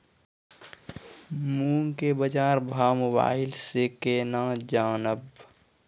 मूंग के बाजार भाव मोबाइल से के ना जान ब?